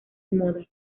moda